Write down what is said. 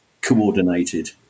coordinated